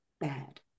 bad